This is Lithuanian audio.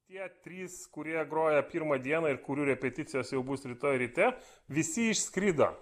tie trys kurie groja pirmą dieną ir kurių repeticijos jau bus rytoj ryte visi išskrido